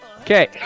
Okay